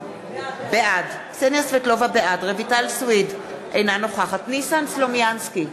בעד רויטל סויד, אינה נוכחת ניסן סלומינסקי,